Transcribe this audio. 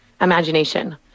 imagination